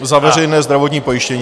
Za veřejné zdravotní pojištění.